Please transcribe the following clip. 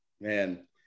man